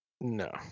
No